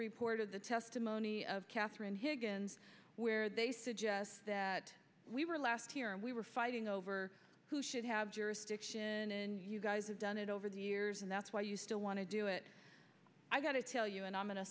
report of the testimony of catherine higgens where they suggest that we were last here and we were fighting over who should have jurisdiction and you guys have done it over the years and that's why you still want to do it i got to tell you and i'm